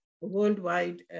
Worldwide